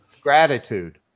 Gratitude